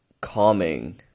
calming